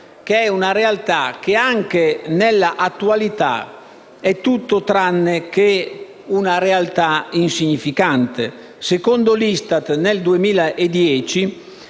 che è una realtà che anche nell'attualità è tutto tranne che insignificante. Secondo l'ISTAT, nel 2010,